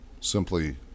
simply